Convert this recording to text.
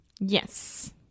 yes